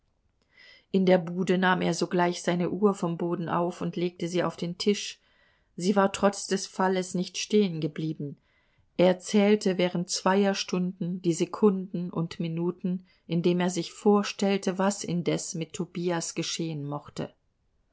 in der bude nahm er sogleich seine uhr vom boden auf und legte sie auf den tisch sie war trotz des falles nicht stehengeblieben er zählte während zweier stunden die sekunden und minuten indem er sich vorstellte was indes mit tobias geschehen mochte